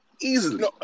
easily